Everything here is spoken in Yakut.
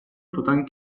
тутан